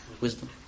wisdom